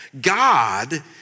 God